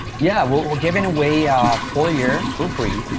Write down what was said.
yeah. we're giving away a full year for free.